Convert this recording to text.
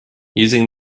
using